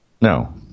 No